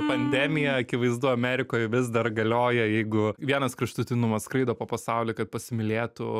pandemija akivaizdu amerikoj vis dar galioja jeigu vienas kraštutinumas skraido po pasaulį kad pasimylėtų